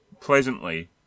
pleasantly